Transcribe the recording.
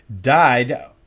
died